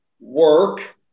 work